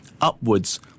upwards